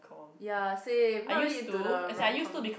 ya same not really into the romcom